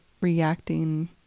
reacting